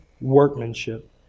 workmanship